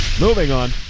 moving on,